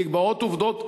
נקבעות עובדות,